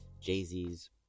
Jay-Z's